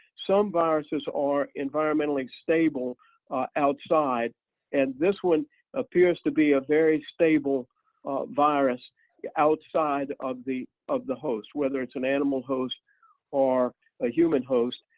some viruses are environmentally stable outside and this one appears to be a very stable virus yeah outside of the of the host, whether it's an animal host or a human host.